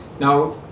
Now